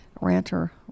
ranter